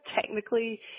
technically